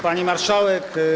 Pani Marszałek!